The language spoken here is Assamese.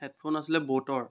হেডফোন আছিলে ব'টৰ